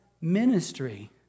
ministry